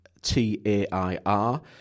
T-A-I-R